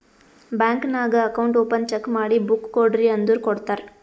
bank ನಾಗ್ account open check ಮಾಡಿ book ಕೊಡ್ರಿ ಅಂದುರ್ ಕೊಡ್ತಾರ್